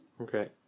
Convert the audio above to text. Okay